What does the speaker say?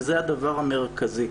וזה הדבר המרכזי.